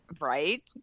Right